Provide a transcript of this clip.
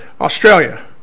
Australia